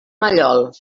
mallol